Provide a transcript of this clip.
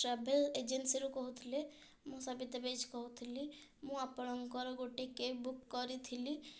travel ଏଜେନ୍ସିରୁ କହୁଥିଲେ ମୁଁ ସବିତା ବେଜ୍ କହୁଥିଲି ମୁଁ ଆପଣଙ୍କର ଗୋଟିଏ କ୍ୟାବ୍ ବୁକ୍ କରିଥିଲି